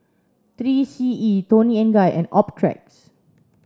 three C E Toni and Guy and Optrex